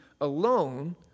alone